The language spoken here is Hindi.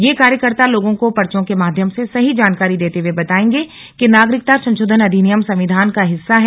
यह कार्यकर्ता लोगों को पर्चों के माध्यम से सही जानकारी देते हुए बताएंगे कि नागरिकता संशोधन अधिनियम संविधान का हिस्सा है